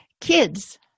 Kids